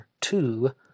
two